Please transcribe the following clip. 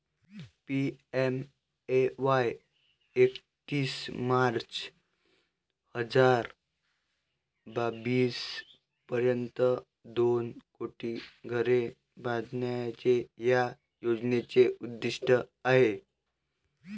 PMAY एकतीस March हजार बावीस पर्यंत दोन कोटी घरे बांधण्याचे या योजनेचे उद्दिष्ट आहे